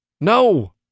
No